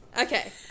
okay